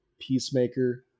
peacemaker